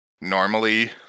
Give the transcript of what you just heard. normally